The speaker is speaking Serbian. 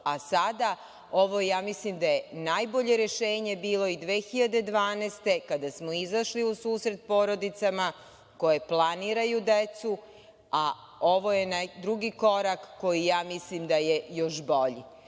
ovo ja mislim da je najbolje rešenje bilo i 2012. kada smo izašli u susret porodicama koje planiraju decu, a ovo je drugi korak koji ja mislim da je još bolji. Prema